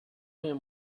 him